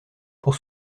pour